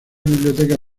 biblioteca